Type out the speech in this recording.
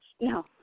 No